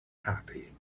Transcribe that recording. happy